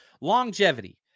Longevity